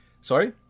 Sorry